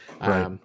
Right